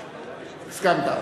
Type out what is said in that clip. הסכמת.